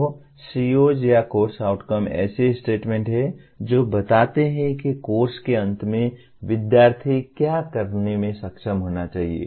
तो COs या course outcome ऐसे स्टेटमेंट हैं जो बताते हैं कि एक कोर्स के अंत में विद्यार्थी क्या करने में सक्षम होना चाहिए